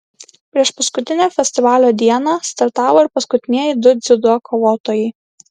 priešpaskutinę festivalio dieną startavo ir paskutinieji du dziudo kovotojai